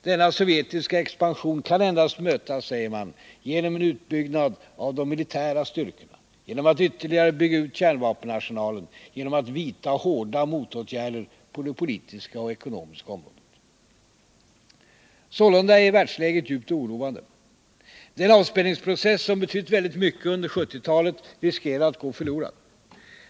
Denna sovjetiska expansion kan endast mötas, säger man, genom en utbyggnad av de militära styrkorna, genom att man ytterligare bygger ut kärnvapenarsenalen, genom att man vidtar hårda motåtgärder på det politiska och ekonomiska området. Sålunda är världsläget djupt oroande. Den avspänningsprocess som betytt väldigt mycket under 1970-talet riskerar att gå förlorad.